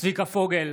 צביקה פוגל,